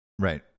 right